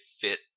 fit